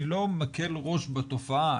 אני לא מקל ראש בתופעה.